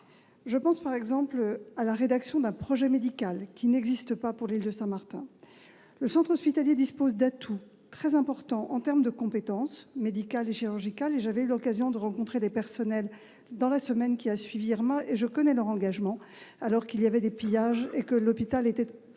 Je pense, par exemple, à la rédaction d'un projet médical, qui n'existe pas pour l'île de Saint-Martin. Le centre hospitalier dispose d'atouts très importants en matière de compétences médicales et chirurgicales. J'avais eu l'occasion de rencontrer les personnels dans la semaine qui a suivi Irma, et j'ai pu me rendre compte de leur engagement, alors qu'il y avait des pillages et que l'hôpital était